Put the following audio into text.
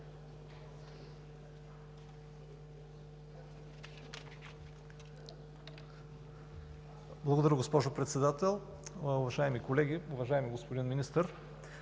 Благодаря, госпожо Председател. Уважаеми колеги, уважаеми господин Министър!